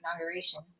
inauguration